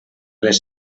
les